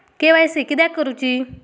KYC किदयाक करूची?